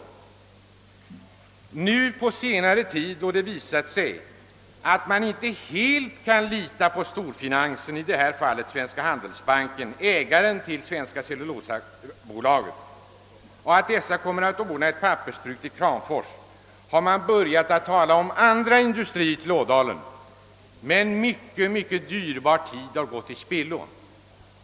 Sedan det nu på senare tid visat sig att man inte helt kan lita på storfinansen — i detta fall Svenska handelsbanken, ägaren till SCA — när det gäller att ordna ett pappersbruk i Kramfors, så har man börjat tala om andra industrier som skulle förläggas till Ådalen. Mycken dyrbar tid har dock gått till spillo.